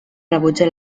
rebutja